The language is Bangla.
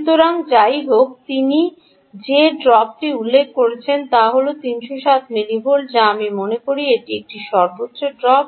সুতরাং যাইহোক তিনি যে ড্রপটি drop উল্লেখ করেছেন তা হল 307 মিলিভোল্ট যা আমি মনে করি এটি এটি সর্বোচ্চ ড্রপ